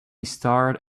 star